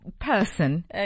person